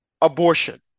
abortion